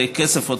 צריך עוד כסף,